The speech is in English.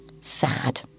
Sad